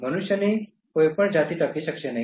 મનુષ્યની કોઈ પણ જાતિ ટકી શકશે નહીં